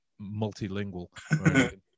multilingual